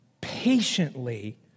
patiently